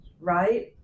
right